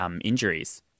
injuries